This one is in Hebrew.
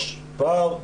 יש פער,